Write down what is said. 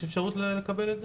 יש אפשרות לקבל את זה?